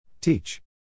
Teach